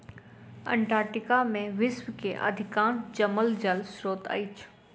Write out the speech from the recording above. Antarctica में विश्व के अधिकांश जमल जल स्त्रोत अछि